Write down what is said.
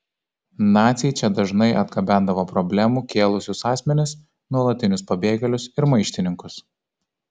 naciai čia dažnai atgabendavo problemų kėlusius asmenis nuolatinius pabėgėlius ir maištininkus